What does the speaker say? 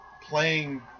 playing